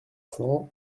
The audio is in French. cent